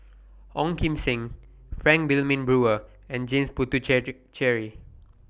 Ong Kim Seng Frank Wilmin Brewer and James Puthucheary